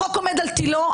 החוק עומד על תילו.